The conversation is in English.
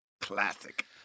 Classic